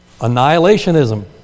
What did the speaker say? Annihilationism